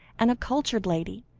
and a cultured lady,